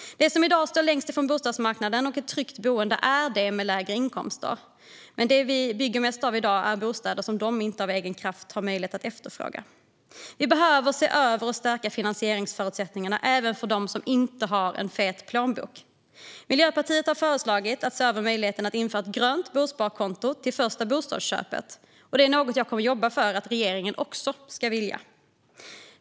De som i dag står längst ifrån bostadsmarknaden och ett tryggt boende är de med lägre inkomster, men det vi bygger mest av i dag är bostäder som de inte med egen kraft har möjlighet att efterfråga. Vi behöver se över och stärka finansieringsförutsättningarna även för dem som inte har en fet plånbok. Miljöpartiet har föreslagit att man ska se över möjligheten att införa ett grönt bosparkonto till det första bostadsköpet. Det är något jag kommer att jobba för att regeringen också ska vilja.